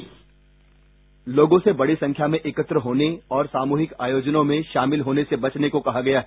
bite लोगों से बड़ी संख्या में एकत्र होने और सामूहिक आयोजनों में शामिल होने से बचने को कहा गया है